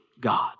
God